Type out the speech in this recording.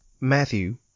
Matthew